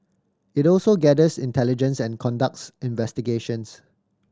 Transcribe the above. it also gathers intelligence and conducts investigations